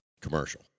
commercial